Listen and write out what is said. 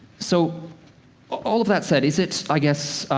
so all of that said, is it, i guess,